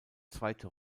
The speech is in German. zweite